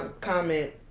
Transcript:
comment